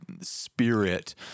spirit